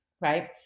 right